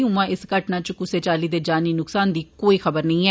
ऊंआ इस घटना इच कुसे चाली दे जानी नुक्सान दी कोई खबर नेई ऐ